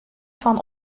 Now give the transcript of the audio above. fan